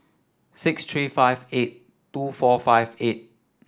six three five eight two four five eight